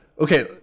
Okay